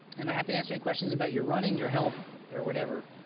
and i'm happy to answer any questions about your running, your health, or whatever.